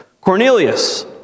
Cornelius